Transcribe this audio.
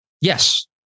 yes